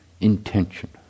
intention